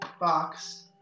box